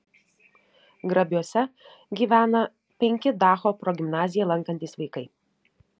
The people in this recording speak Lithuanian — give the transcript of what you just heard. grabiuose gyvena penki dacho progimnaziją lankantys vaikai